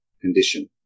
condition